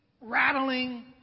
rattling